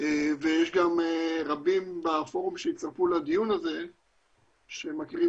ויש גם רבים בפורום שהצטרפו לדיון הזה שמכירים